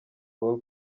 paul